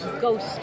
ghost